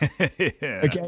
okay